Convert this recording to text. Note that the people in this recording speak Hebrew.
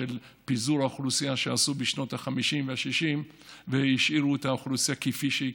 של פיזור האוכלוסייה בשנות ה-50 וה-60 ושהשאירו את האוכלוסייה כפי שהיא,